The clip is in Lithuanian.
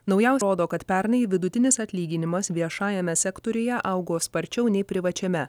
naujaus rodo kad pernai vidutinis atlyginimas viešajame sektoriuje augo sparčiau nei privačiame